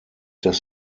das